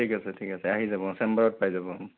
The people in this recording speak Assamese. ঠিক আছে ঠিক আছে আহি যাব চেম্বাৰত পাই যাব